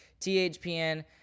THPN